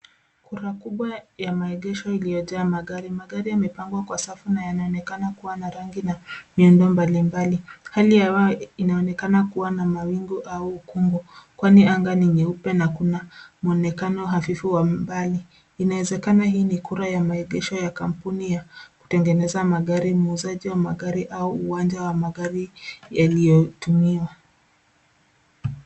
Kura kubwa ya maegesho iliyojaa magari. Magari yamepangwa kwa safu na yanaonekana kuwa na rangi na miundo mbalimbali. Hali ya hewa inaonekana kuwa na mawingu au ukungu, kwani anga ni nyeupe na mwonekana hafifu wa mbali. Inawezekana hii ni kura ya maegesho ya kampuni ya kutengeneza magari, muuzaji wa magari au uwanja wa magari yaliyotumiwa.